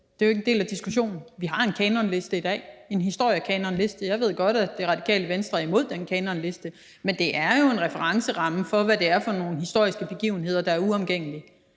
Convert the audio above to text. det er jo ikke en del af diskussionen. Vi har en kanonliste i dag – en historiekanonliste. Jeg ved godt, at Det Radikale Venstre er imod den kanonliste, men det er jo en referenceramme for, hvad det er for nogle historiske begivenheder, der er uomgængelige.